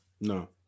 No